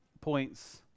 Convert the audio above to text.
points